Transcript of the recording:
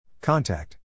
Contact